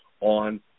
on